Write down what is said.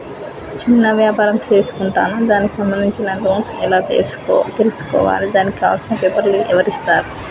చిన్న వ్యాపారం చేసుకుంటాను దానికి సంబంధించిన లోన్స్ ఎలా తెలుసుకోవాలి దానికి కావాల్సిన పేపర్లు ఎవరిస్తారు?